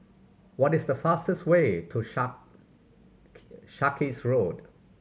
what is the fastest way to Sarkies Road